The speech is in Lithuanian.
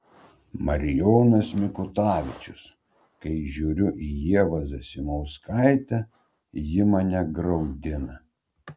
marijonas mikutavičius kai žiūriu į ievą zasimauskaitę ji mane graudina